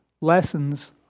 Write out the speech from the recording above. lessons